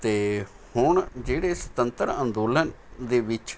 ਅਤੇ ਹੁਣ ਜਿਹੜੇ ਸੁਤੰਤਰ ਅੰਦੋਲਨ ਦੇ ਵਿੱਚ